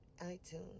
iTunes